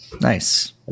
nice